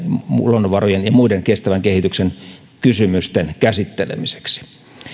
luonnonvarojen ja muiden kestävän kehityksen kysymysten käsittelemiseksi